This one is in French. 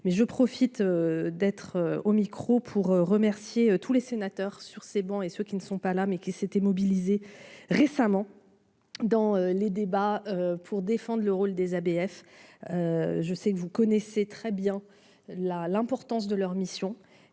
mais je profite d'être au micro pour remercier tous les sénateurs, sur ces bancs et ceux qui ne sont pas là mais qui s'était mobilisés récemment dans les débats pour défendent le rôle des ABF, je sais que vous connaissez très bien la, l'importance de leur mission